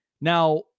now